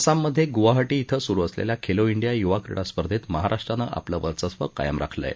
आसाममधे गुवाहाटी शिं सुरु असलेल्या खेलो डिया युवा क्रीडा स्पर्धेत महाराष्ट्रानं आपलं वर्चस्व कायम राखलं आहे